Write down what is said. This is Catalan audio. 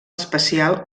especial